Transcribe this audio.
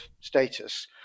status